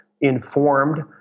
informed